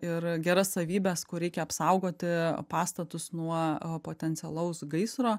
ir geras savybes kur reikia apsaugoti pastatus nuo potencialaus gaisro